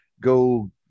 go